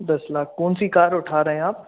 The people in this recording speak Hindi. दस लाख कौनसी कार उठा रहें हैं आप